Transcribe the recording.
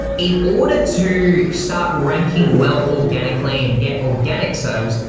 in order to start ranking well organically and get organic sales,